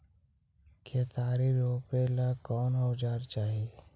केतारी रोपेला कौन औजर चाही?